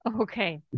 okay